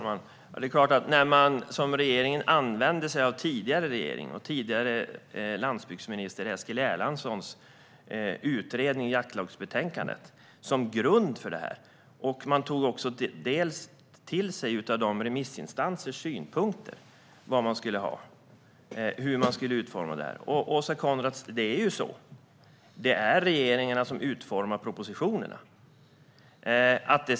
Herr talman! I jaktlagsbetänkandet använde sig regeringen av den tidigare regeringens och tidigare landsbygdsministern Eskil Erlandssons utredning som grund. Man tog också till sig remissinstansernas synpunkter när det gäller hur detta skulle utformas. Det är ju, Åsa Coenraads, regeringarna som utformar propositionerna.